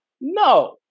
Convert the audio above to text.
No